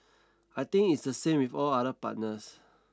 I think it's the same with all other partners